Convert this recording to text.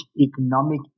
economic